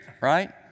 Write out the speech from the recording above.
right